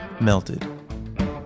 melted